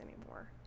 anymore